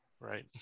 Right